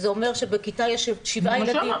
זה אומר שבכיתה יש שבעה ילדים כאלה.